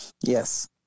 Yes